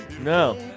No